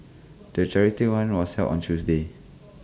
the charity run was held on Tuesday